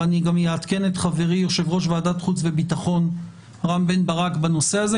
ואני גם אעדכן את חברי יושב-ראש ועדת חוץ וביטחון רם בן ברק בנושא הזה,